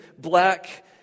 black